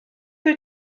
wyt